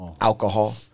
alcohol